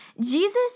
Jesus